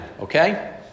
okay